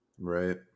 Right